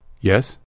Yes